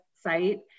site